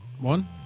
One